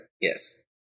Yes